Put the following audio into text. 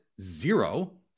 zero